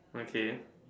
okay